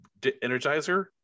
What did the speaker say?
energizer